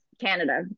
Canada